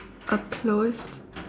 a closed